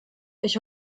ich